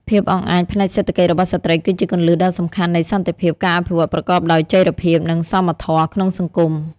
ភាពអង់អាចផ្នែកសេដ្ឋកិច្ចរបស់ស្ត្រីគឺជាគន្លឹះដ៏សំខាន់នៃសន្តិភាព ការអភិវឌ្ឍប្រកបដោយចីរភាព និងសមធម៌ក្នុងសង្គម។